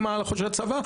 למען הצבא.